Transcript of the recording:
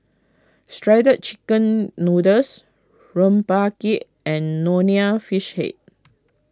Shredded Chicken Noodles Rempeyek and Nonya Fish Head